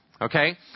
Okay